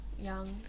Young